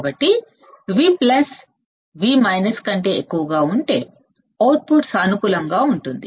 కాబట్టి V V కంటే ఎక్కువగా ఉంటే అప్పుడు అవుట్పుట్ సానుకూలంగా ఉంటుంది